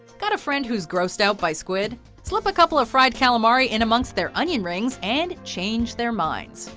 got a friend who's grossed out by squid? slip a couple of fried calamari in amongst their onion rings, and change their minds.